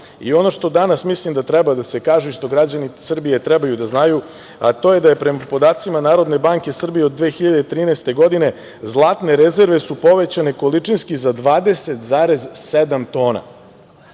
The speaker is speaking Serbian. i ono što danas mislim da treba da se kaže i što građani Srbije trebaju da znaju, a to je, da je prema podacima Narodne banke Srbije od 2013. godine, zlatne rezerve su povećane količinski za 20,7 tona,